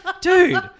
dude